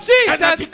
Jesus